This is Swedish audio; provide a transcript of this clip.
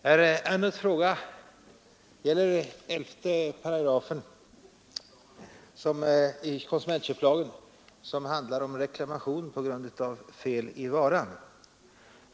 Herr Ernulfs fråga gäller 11 § i konsumentköplagen som handlar om reklamation på grund av fel i varan.